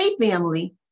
Family